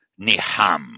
niham